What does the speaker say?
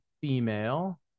female